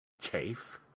chafe